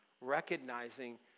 recognizing